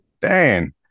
Dan